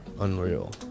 Unreal